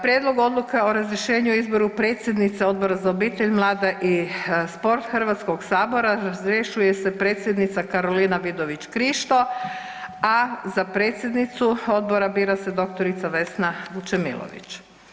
Prijedlog odluke o razrješenju i izboru predsjednice Odbora za obitelj, mlade i sport Hrvatskog sabora razrješuje se predsjednica Karolina Vidović Krišto a za predsjednicu odbora bira se dr. Vesna Vučemilović.